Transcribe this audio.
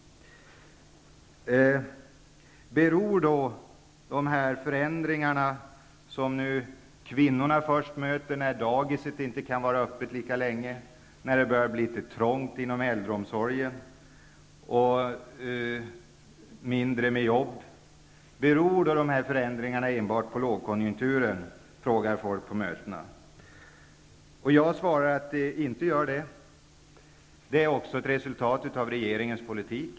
Beror då de här förändringarna, som nu kvinnorna först möter -- när dagiset inte kan vara öppet lika länge, när det börjar bli trångt inom äldreomsorgen och mindre med jobb -- enbart på lågkonjunkturen? frågar folk på mötena. Jag svarar att det inte gör det. Det är också ett resultat av regeringens politik. Man har alldeles klart gått ut och sagt att först skall hela svenska folket få det sämre, och det ser folk nu att de börjar få. Det är en felaktig fördelningspolitik att göra neddragningar på den offentliga sektorn. Det är också ett resultat av regeringens politik.